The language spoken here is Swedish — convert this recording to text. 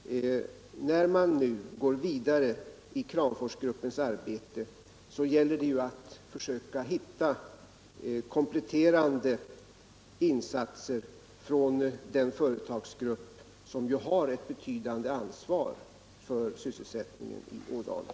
När man nu går vidare i Kramforsgruppens arbete gäller det att försöka hitta kompletterande insatser från den företagsgrupp som ju har ett betydande ansvar för sysselsättningen i Ådalen.